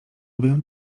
lubię